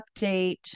update